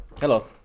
Hello